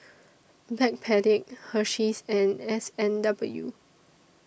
Backpedic Hersheys and S and W